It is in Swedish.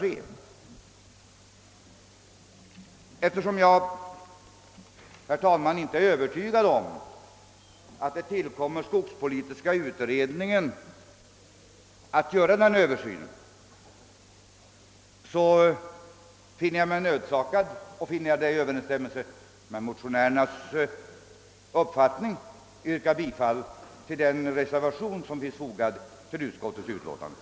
Eftersom jag inte är övertygad om att det tillkommer skogspolitiska utredningen att göra den aktuella översynen, finner jag mig nödsakad att i överensstämmelse med motionärernas önskemål yrka bifall till den vid utskottets utlåtande fogade reservationen.